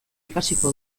ikasiko